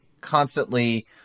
constantly